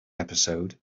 episode